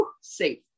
safe